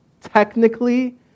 technically